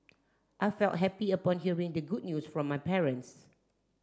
I felt happy upon hearing the good news from my parents